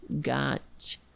got